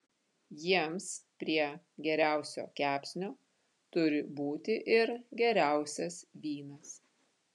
jiems prie geriausio kepsnio turi būti ir geriausias vynas